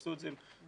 עשו את זה עם סוסים,